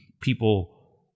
people